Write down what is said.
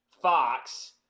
Fox